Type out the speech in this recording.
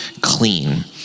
clean